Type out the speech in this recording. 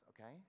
okay